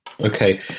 Okay